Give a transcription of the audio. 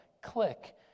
click